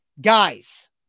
Guys